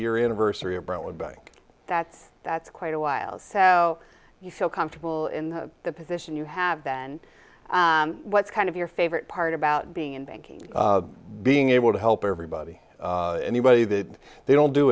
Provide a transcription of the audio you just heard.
year anniversary of brown back that's that's quite a while so you feel comfortable in the position you have been what's kind of your favorite part about being in banking being able to help everybody anybody that they don't do